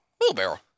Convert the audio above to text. Wheelbarrow